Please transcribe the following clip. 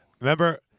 Remember